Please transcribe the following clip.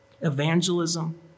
Evangelism